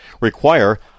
require